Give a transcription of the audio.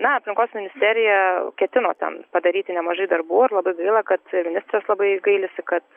na aplinkos ministerija ketino ten padaryti nemažai darbų ir labai gaila kad ministras labai gailisi kad